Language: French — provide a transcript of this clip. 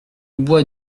bois